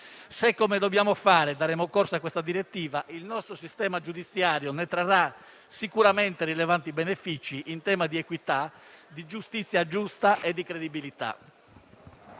Se, come dobbiamo, daremo corso a questa direttiva, il nostro sistema giudiziario ne trarrà sicuramente rilevanti benefici in tema di equità, di giustizia giusta e di credibilità.